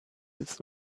this